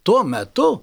tuo metu